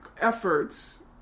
efforts